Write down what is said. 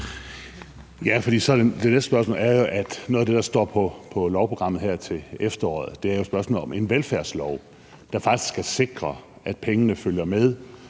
noget af det, der står på lovprogrammet her til efteråret, og det er spørgsmålet om en velfærdslov, der faktisk skal sikre, at pengene følger med,